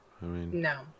No